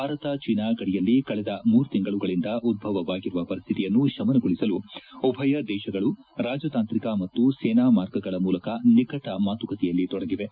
Bharat China ಗಡಿಯಲ್ಲಿ ಕಳೆದ ಮೂರು ತಿಂಗಳುಗಳಿಂದ ಉದ್ಧವವಾಗಿರುವ ಪರಿಸ್ವಿತಿಯನ್ನು ಶಮನಗೊಳಿಸಲು ಉಭಯ ದೇಶಗಳು ರಾಜತಾಂತ್ರಿಕ ಮತ್ತು ಸೇನಾ ಮಾರ್ಗಗಳ ಮೂಲಕ ನಿಕಟ ಮಾತುಕತೆಯಲ್ಲಿ ತೊಡಗಿವೆ